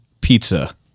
pizza